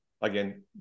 again